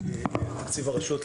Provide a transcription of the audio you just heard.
תקציב הרשויות,